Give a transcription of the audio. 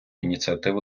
ініціативу